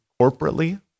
corporately